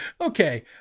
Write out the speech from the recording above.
okay